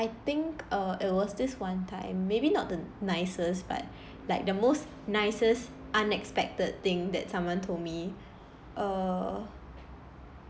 I think uh it was this one time maybe not the nicest but like the most nicest unexpected thing that someone told me err